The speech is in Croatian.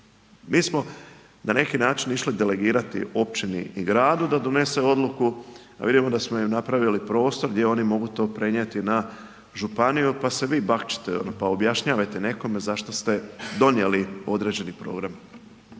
Mi smo, na neki način išli delegirati općini i gradu da donese odluku, a vidimo da smo im napravili prostor gdje oni mogu to prenijeti na županiju pa se vi bakćite pa objašnjavajte nekome zašto ste donijeli određeni program.